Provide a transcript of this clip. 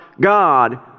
God